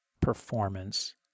performance